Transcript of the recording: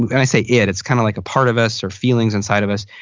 and i say it, it's kind of like a part of us or feelings inside of us.